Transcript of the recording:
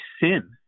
sin